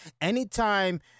anytime